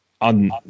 On